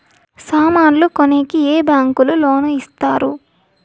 సామాన్లు కొనేకి ఏ బ్యాంకులు లోను ఇస్తారు?